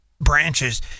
branches